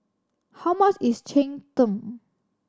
how much is cheng tng